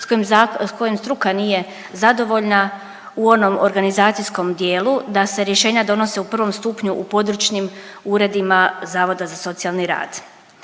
s kojim struka nije zadovoljna u onom organizacijskom dijelu da se rješenja donose u prvom stupnju u područnim uredima Zavoda za socijalni rad.